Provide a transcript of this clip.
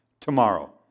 tomorrow